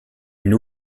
une